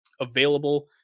available